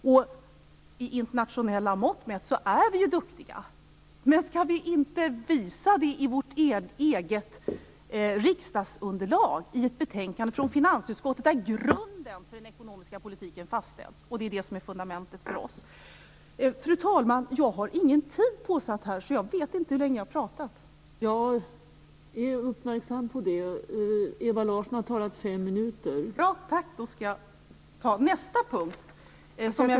Med internationella mått mätt är vi ju duktiga, men skall vi inte visa det i vårt eget riksdagsunderlag, i ett betänkande från finansutskottet där grunden för den ekonomiska politiken fastställs? Det är fundamentet för oss. Fru talman!